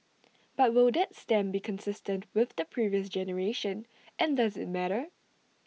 but will that stamp be consistent with the previous generation and does IT matter